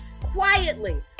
Quietly